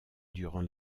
durant